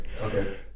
Okay